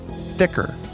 thicker